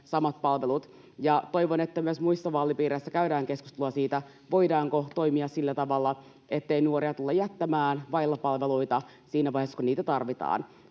samat palvelut. Toivon, että myös muissa vaalipiireissä käydään keskustelua siitä, voidaanko toimia sillä tavalla, ettei nuoria tulla jättämään vaille palveluita siinä vaiheessa, kun niitä tarvitaan.